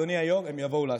אדוני היו"ר, הם יבואו להשבעה.